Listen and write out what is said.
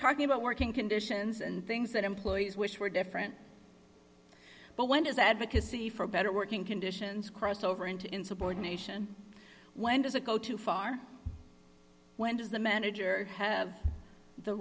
talking about working conditions and things that employees wish were different but when his advocacy for better working conditions crossed over into insubordination when does it go too far when does the manager have the